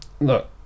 Look